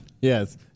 Yes